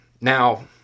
Now